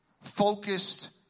focused